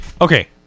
Okay